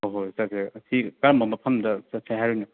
ꯍꯣꯏ ꯍꯣꯏ ꯆꯠꯁꯦ ꯉꯁꯤ ꯀꯔꯝꯕ ꯃꯐꯝꯗ ꯆꯠꯁꯦ ꯍꯥꯏꯔꯤꯅꯣ